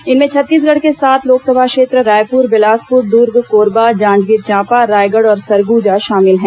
इनमें छत्तीसगढ़ के सात लोकसभा क्षेत्र रायपुर बिलासपुर दुर्ग कोरबा जांजगीर चांपा रायगढ़ और सरगुजा शामिल हैं